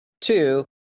Two